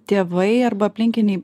tėvai arba aplinkiniai